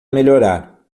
melhorar